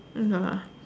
ya